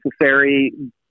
necessary